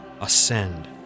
ascend